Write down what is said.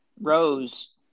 Rose